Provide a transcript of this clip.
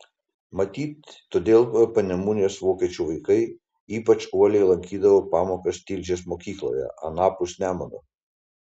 matyt todėl panemunės vokiečių vaikai ypač uoliai lankydavo pamokas tilžės mokykloje anapus nemuno